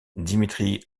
dimitri